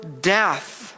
death